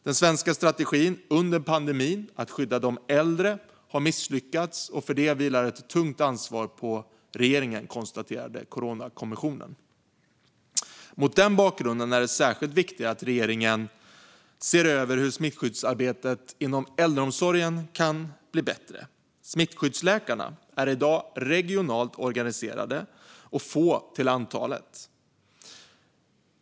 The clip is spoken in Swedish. Den svenska strategin under pandemin - att skydda de äldre - har misslyckats, och för detta vilar ett tungt ansvar på regeringen, konstaterade Coronakommissionen. Mot den bakgrunden är det särskilt viktigt att regeringen ser över hur smittskyddsarbetet inom äldreomsorgen kan bli bättre. Smittskyddsläkarna är i dag regionalt organiserade och få till antalet.